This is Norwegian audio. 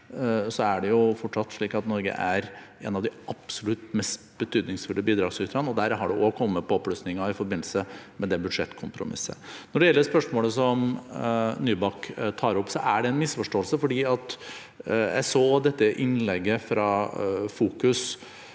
FN, er det fortsatt slik at Norge er en av de absolutt mest betydningsfulle bidragsyterne, og der har det også kommet påplussinger i forbindelse med budsjettforliket. Når det gjelder spørsmålet som Nybakk tar opp, er det en misforståelse. Jeg så også dette innlegget fra FOKUS.